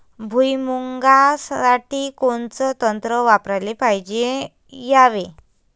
भुइमुगा साठी कोनचं तंत्र वापराले पायजे यावे?